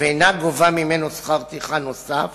ואינה גובה ממנו שכר טרחה נוסף